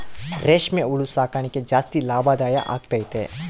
ರೇಷ್ಮೆ ಹುಳು ಸಾಕಣೆ ಜಾಸ್ತಿ ಲಾಭದಾಯ ಆಗೈತೆ